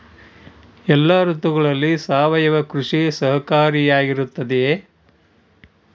ಎಲ್ಲ ಋತುಗಳಲ್ಲಿ ಸಾವಯವ ಕೃಷಿ ಸಹಕಾರಿಯಾಗಿರುತ್ತದೆಯೇ?